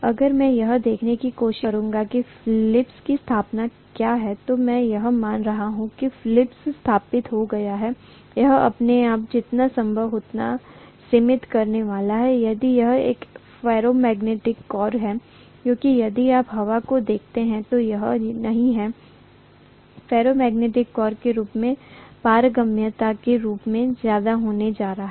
अगर मैं यह देखने की कोशिश करूं कि फ्लक्स की स्थापना क्या है तो मैं यह मान रहा हूं कि फ्लक्स स्थापित हो गया है यह अपने आप को जितना संभव हो उतना ही सीमित करने वाला है यदि यह एक फेरोमैग्नेटिक कोर है क्योंकि यदि आप हवा को देखते हैं तो यह नहीं है फेरोमैग्नेटिक कोर के रूप में पारगम्यता के रूप में ज्यादा होने जा रहा है